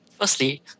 Firstly